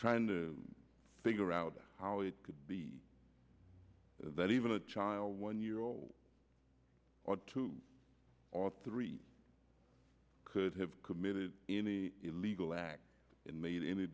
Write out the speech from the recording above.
trying to figure out how it could be that even a child one year old or two or three could have committed any illegal act in made any